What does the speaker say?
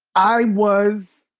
i was